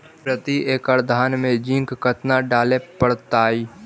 प्रती एकड़ धान मे जिंक कतना डाले पड़ताई?